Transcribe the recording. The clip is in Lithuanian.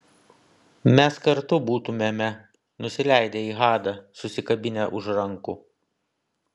mes kartu būtumėme nusileidę į hadą susikabinę už rankų